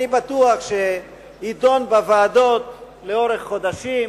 אני בטוח שיידון בוועדות לאורך חודשים,